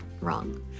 wrong